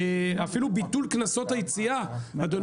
אדוני